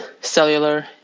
cellular